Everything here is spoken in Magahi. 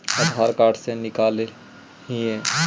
आधार कार्ड से निकाल हिऐ?